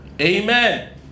amen